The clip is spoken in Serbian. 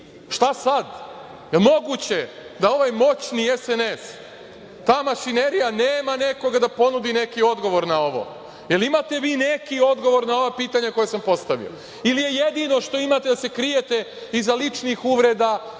šta sad? Jel moguće da ovaj moćni SNS, ta mašinerija nema nekoga da ponudi neki odgovor na ovo? Jel imate vi neki odgovor na ova pitanja koja sam postavio ili je jedino što imate da se krijete iza ličnih uvreda,